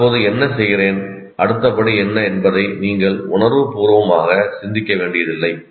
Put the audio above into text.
நான் இப்போது என்ன செய்கிறேன் அடுத்த படி என்ன என்பதை நீங்கள் உணர்வுபூர்வமாக சிந்திக்க வேண்டியதில்லை